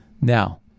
now